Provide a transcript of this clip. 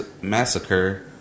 massacre